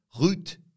Route